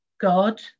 God